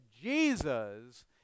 Jesus